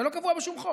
זה לא קבוע בשום חוק.